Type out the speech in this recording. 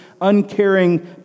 uncaring